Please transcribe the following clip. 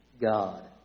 God